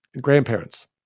grandparents